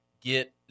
get